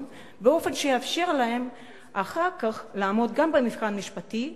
באופן שיאפשר להם אחר כך לעמוד גם במבחן המשפטי,